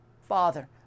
Father